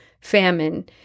famine